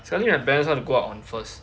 sekali my parents want to go out on first